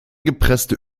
gepresste